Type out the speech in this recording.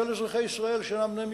של אזרחי ישראל שאינם בני מיעוטים.